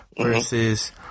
Versus